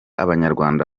abanyarwanda